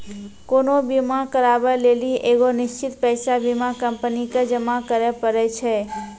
कोनो बीमा कराबै लेली एगो निश्चित पैसा बीमा कंपनी के जमा करै पड़ै छै